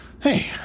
Hey